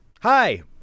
hi